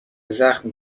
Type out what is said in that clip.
زخم